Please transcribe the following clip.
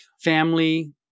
Family